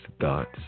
thoughts